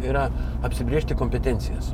yra apsibrėžti kompetencijas